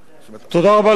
אדוני היושב-ראש,